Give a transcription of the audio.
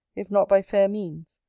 if not by fair means,